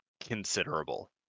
considerable